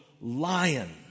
lion